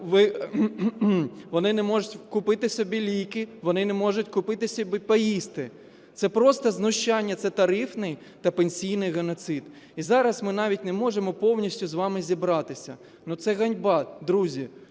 Вони не можуть купити собі ліки, вони не можуть купити собі поїсти. Це просто знущання, це тарифний та пенсійний геноцид. І зараз ми навіть не можемо повністю з вами зібратися. Це ганьба, друзі.